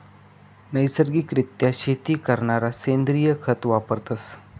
नैसर्गिक रित्या शेती करणारा सेंद्रिय खत वापरतस